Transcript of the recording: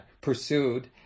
pursued